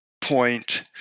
point